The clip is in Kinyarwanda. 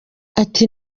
ati